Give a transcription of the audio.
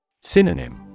Synonym